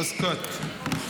אוסקוט.